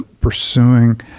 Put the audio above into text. pursuing